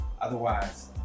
Otherwise